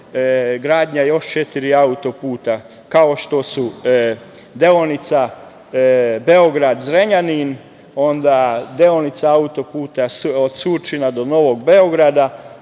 gradnja još četiri auto-puta, kao što su: deonica Beograd-Zrenjanin, onda deonica auto-puta od Surčina do Novog Beograda,